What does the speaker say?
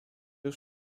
już